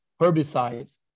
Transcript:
herbicides